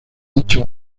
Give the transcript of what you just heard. dicho